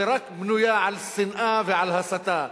שרק בנויה על שנאה ועל הסתה.